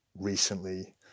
recently